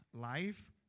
life